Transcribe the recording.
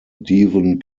devon